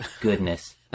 goodness